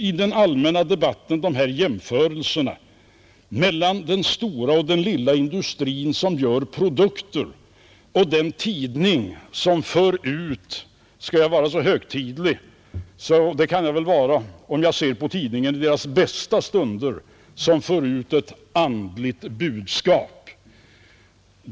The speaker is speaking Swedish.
I den allmänna debatten har funnits de här jämförelserna mellan den stora och den lilla industrin som gör produkter och den tidning som för ut — om jag nu skall vara så högtidlig, och det kan jag väl vara om jag ser på tidningarna i deras bästa stunder — ett andligt budskap.